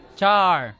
char